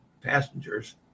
passengers